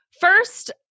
first